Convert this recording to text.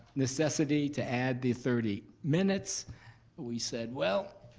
necessity to add the thirty minutes we said well,